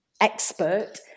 expert